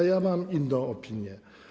A ja mam inną opinię.